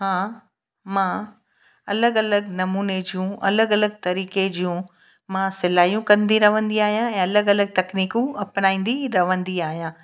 हा मां अलॻि अलॻि नमूने जूं अलॻि अलॻि तरीक़े जूं मां सिलायूं कंदी रहंदी आहियां ऐं अलॻि अलॻि तकनीकूं अपनाईंदी रहंदी आहियां